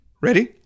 Ready